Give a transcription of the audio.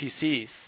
PCs